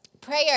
Prayer